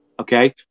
Okay